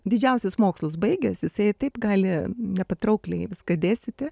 didžiausius mokslus baigęs jisai taip gali nepatraukliai viską dėstyti